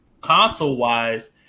console-wise